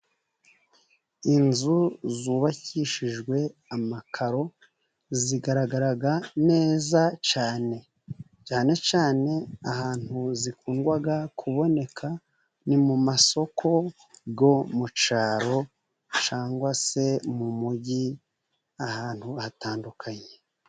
Inzu zubakishijwe amakaro zigaragara neza cyane, cyane cyane ahantu zikunda kuboneka ni mu masoko yo mu cyaro cyangwa se mu mujyi ahantu hatandukanye.